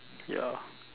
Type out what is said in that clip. ya